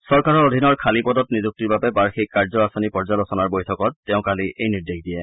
চৰকাৰৰ অধীনৰ খালী পদৰ নিযুক্তিৰ বাবে বাৰ্ষিক কাৰ্য আঁচনি পৰ্যালোচনাৰ বৈঠকত তেওঁ কালি এই নিৰ্দেশ দিয়ে